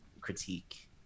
critique